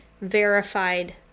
verified